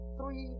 Three